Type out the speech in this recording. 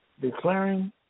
Declaring